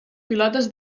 pilotes